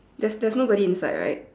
there's there's nobody inside right